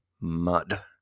mud